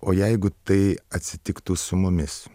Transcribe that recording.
o jeigu tai atsitiktų su mumis